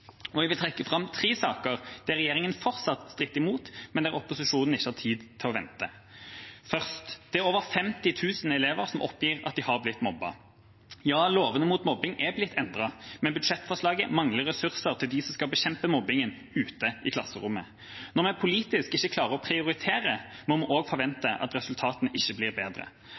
aktivitet. Jeg vil trekke fram tre saker der regjeringen fortsatt stritter imot, men der opposisjonen ikke har tid til å vente. For det første: Det er over 50 000 elever som oppgir at de har blitt mobbet. Ja, lovene mot mobbing er blitt endret, men budsjettforslaget mangler ressurser til dem som skal bekjempe mobbingen ute i klasserommet. Når vi politisk ikke klarer å prioritere, kan vi heller ikke forvente at resultatene blir bedre.